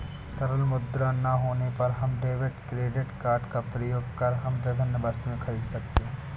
तरल मुद्रा ना होने पर हम डेबिट क्रेडिट कार्ड का प्रयोग कर हम विभिन्न वस्तुएँ खरीद सकते हैं